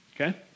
Okay